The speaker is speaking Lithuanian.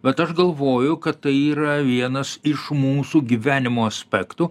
bet aš galvoju kad tai yra vienas iš mūsų gyvenimo aspektų